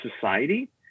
society